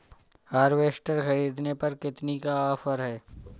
Harvester ख़रीदने पर कितनी का ऑफर है?